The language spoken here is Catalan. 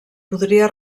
podria